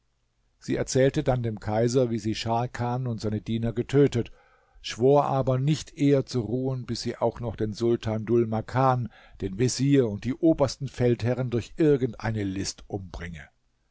sie erzählte dann dem kaiser wie sie scharkan und seine diener getötet schwor aber nicht eher zu ruhen bis sie auch noch den sultan dhul makan den vezier und die obersten feldherren durch irgend eine list umbringe